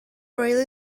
railway